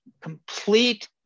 complete